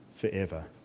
forever